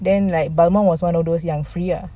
and like balmond is like one of those free lah